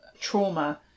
trauma